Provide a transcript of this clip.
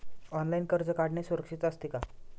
Online कर्ज काढणे सुरक्षित असते का?